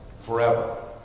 Forever